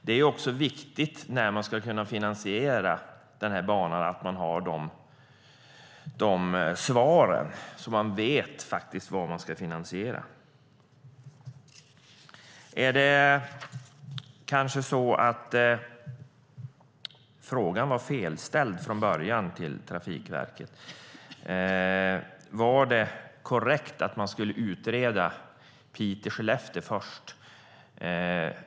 Det är också viktigt när man ska finansiera denna bana att man har dessa svar så att man vet vad man ska finansiera. Är det kanske så att frågan till Trafikverket var felställd från början? Var det korrekt att man skulle utreda Piteå-Skellefteå först?